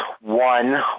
One